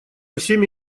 всеми